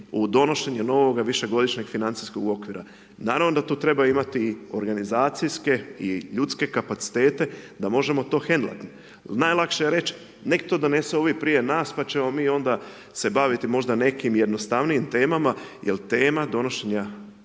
u donošenje novoga višegodišnjeg financijskog okvira. Naravno da tu treba imati i organizacijske i ljudske kapacitete da možemo to …/Govornik se ne razumije./… Najlakše je reći nek to donesu ovi prije nas, pa ćemo onda se baviti možda nekim jednostavnijim temama jer tema donošenja